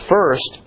First